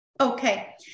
Okay